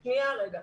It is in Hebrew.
שנייה, רגע.